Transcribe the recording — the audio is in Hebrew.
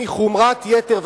מחומרת יתר,